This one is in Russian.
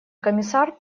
комиссар